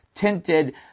tinted